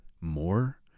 more